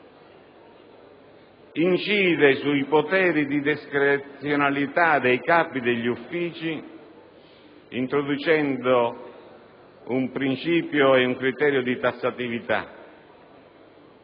incidere sui poteri discrezionali dei capi degli uffici introducendo un principio ed un criterio di tassatività.